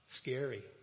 Scary